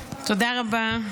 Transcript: תודה רבה.